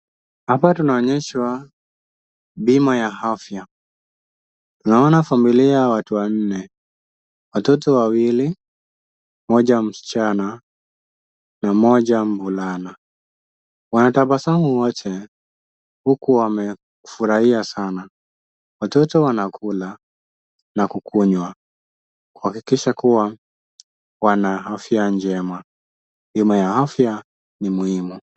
Hapa tunaonyeshwa bima ya afya. Naona familia ya watu wanne, watoto wawili mmoja msichana na mmoja mvulana. Wanatabasamu wote huku wamefurahia sana .Watoto wanakula na kukunywa kuhakikisha kuwa wana afya njema. Bima ya afya ni muhimu.